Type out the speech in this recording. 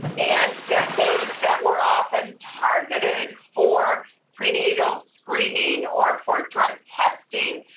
and that those that were often targeted for prenatal screening or for drug testing,